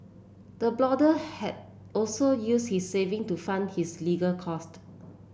the blogger had also use his saving to fund his legal cost